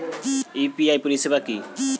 UPI পরিষেবা কি?